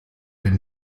dem